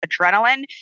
adrenaline